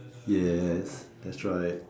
yes that's right